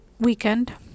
weekend